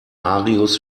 marius